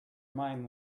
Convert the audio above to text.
mind